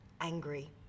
angry